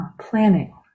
Planning